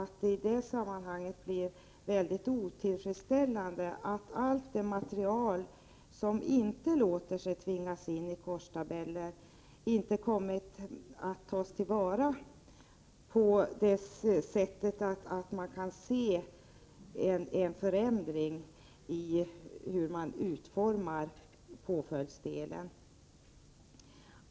I det sammanhanget blir det mycket otillfredsställande att allt det material som inte låter sig tvingas in i korstabeller inte kommit att tas till vara på ett sådant sätt att man kan se en förändring i utformningen av påföljderna.